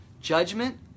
Judgment